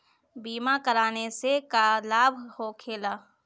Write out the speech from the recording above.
बीमा कराने से का लाभ होखेला?